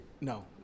No